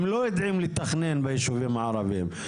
הם לא יודעים לתכנן ביישובים הערבים,